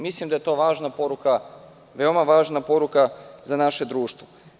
Mislim da je to važna poruka, veoma važna poruka za naše društvo.